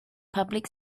public